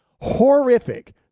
horrific